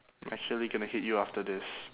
actually gonna hit you after this